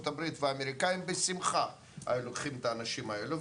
הברית והאמריקאים בשמחה היו לוקחים את האנשים האלו,